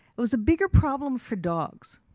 it was a bigger problem for dogs,